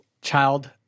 child